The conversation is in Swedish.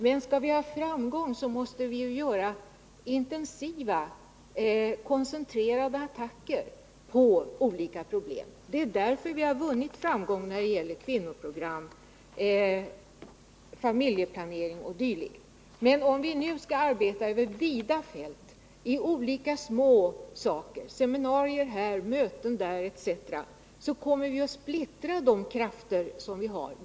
Men skall vi nå framgång, så måste vi göra intensiva, koncentrerade attacker mot ett begränsat antal problemområden. Det är därför vi har vunnit framgång när det gäller kvinnoprogram, familjeplanering o. d. Om vi nu'skall arbeta över vida fält, i olika små sammanhang — seminarier här, möten där, etc. — så kommer vi att splittra de krafter vi har.